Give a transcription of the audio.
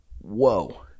Whoa